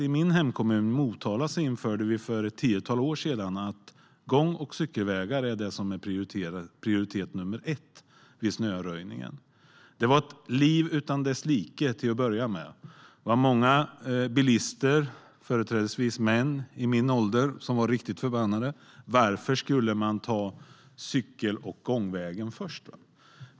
I min hemkommun, Motala, införde vi för ett tiotal år sedan att gång och cykelvägar skulle ha prioritet nummer ett vid snöröjningen. Det var ett liv utan dess like till att börja med. Det var många bilister, företrädesvis män i min ålder, som var riktigt förbannade. Varför skulle man ta cykel och gångvägen först?